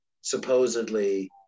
supposedly